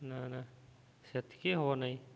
ନା ନା ସେତିିକି ହବ ନାଇଁ